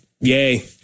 yay